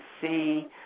see